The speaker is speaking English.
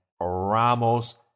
Ramos